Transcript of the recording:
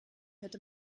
hätte